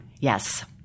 Yes